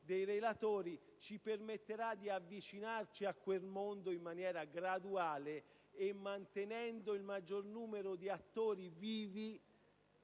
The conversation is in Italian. dei relatori, ci permetterà di avvicinarci a quel mondo in maniera graduale, mantenendo il maggior numero di attori vivi